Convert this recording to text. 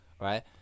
right